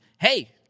Hey